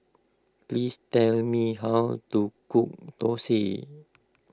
please tell me how to cook Thosai